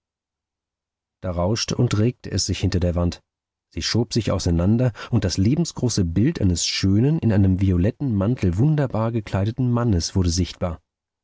da rauschte und regte es sich hinter der wand sie schob sich auseinander und das lebensgroße bild eines schönen in einem violetten mantel wunderbar gekleideten mannes wurde sichtbar